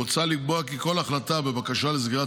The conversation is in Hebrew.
מוצע לקבוע כי כל החלטה בבקשה לסגירת